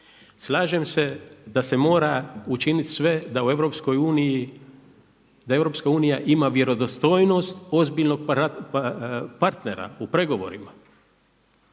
Slažem se da se mora učiniti sve da u EU, da EU ima vjerodostojnost ozbiljnog partnera u pregovorima.